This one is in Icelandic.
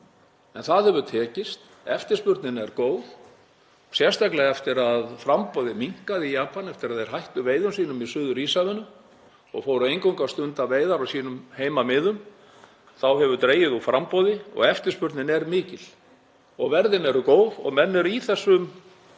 en það hefur tekist. Eftirspurnin er góð, sérstaklega eftir að framboðið minnkaði í Japan. Eftir að þeir hættu veiðum sínum í Suður-Íshafinu og fóru eingöngu að stunda veiðar á sínum heimamiðum, þá hefur dregið úr framboði og eftirspurnin er mikil og verðin eru góð. Menn eru í þessum